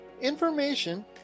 information